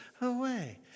away